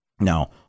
Now